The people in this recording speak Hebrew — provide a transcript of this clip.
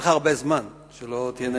זה יהיה תואר קבוע.